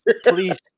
please